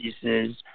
pieces